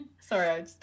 Sorry